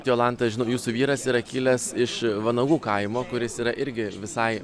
jolanta žinau jūsų vyras yra kilęs iš vanagų kaimo kuris yra irgi visai